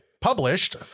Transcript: published